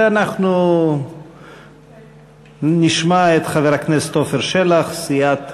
אנחנו נשמע את חבר הכנסת עפר שלח, סיעת